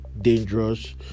dangerous